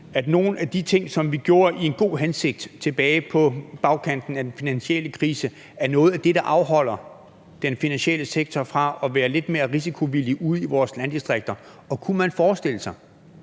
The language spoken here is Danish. at nogle af de ting, som vi gjorde i en god hensigt tilbage på bagkanten af den finansielle krise, er noget af det, der afholder den finansielle sektor fra at være lidt mere risikovillig ude i vores landdistrikter? Og kunne man forestille sig